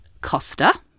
Costa